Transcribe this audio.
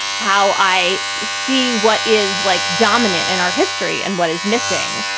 how i see what is like dominant in our history and what is missing.